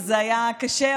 וזה היה קשה,